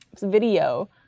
video